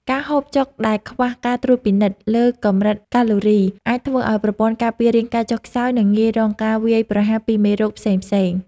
ការហូបចុកដែលខ្វះការត្រួតពិនិត្យលើកម្រិតកាឡូរីអាចធ្វើឲ្យប្រព័ន្ធការពាររាងកាយចុះខ្សោយ និងងាយរងការវាយប្រហារពីមេរោគផ្សេងៗ។